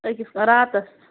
أکِس راتَس